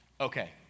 Okay